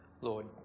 Lord